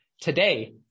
Today